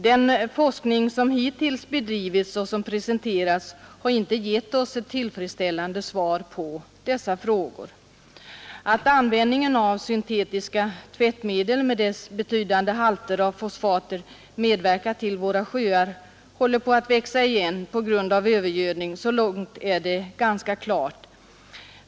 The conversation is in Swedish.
Den forskning som hittills bedrivits och de forskningsresultat som presenterats har inte gett oss ett tillfredsställande svar på dessa frågor. Att användningen av syntetiska tvättmedel med deras betydande halter av fosfater medverkat till att våra sjöar håller på att växa igen på grund av övergödning är ganska klart.